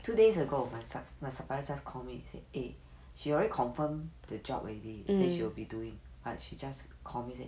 two days ago my sup~ my supplier just call me say eh she already confirm the job already say she will be doing but she just call me say